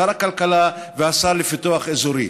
שר הכלכלה והשר לפיתוח אזורי.